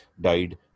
died